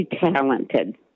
talented